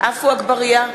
עפו אגבאריה,